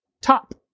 top